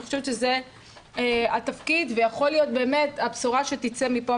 חושבת שזה התפקיד ויכול להיות באמת שזו הבשורה שתצא מפה,